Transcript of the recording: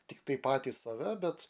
tiktai patys save bet